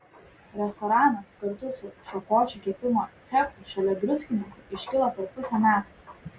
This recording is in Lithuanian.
restoranas kartu su šakočių kepimo cechu šalia druskininkų iškilo per pusę metų